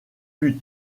plus